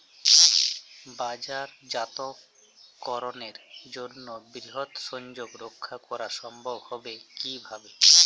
বাজারজাতকরণের জন্য বৃহৎ সংযোগ রক্ষা করা সম্ভব হবে কিভাবে?